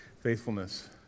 faithfulness